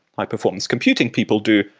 high performance computing people do,